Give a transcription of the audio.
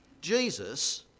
jesus